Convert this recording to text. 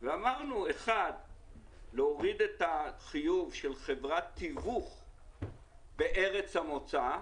ואמרנו להוריד את החיוב של חברת תיווך בארץ המוצא,